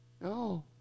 No